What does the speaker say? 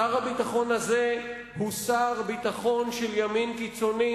שר הביטחון הזה הוא שר ביטחון של ימין קיצוני,